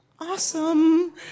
Awesome